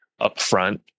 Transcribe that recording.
upfront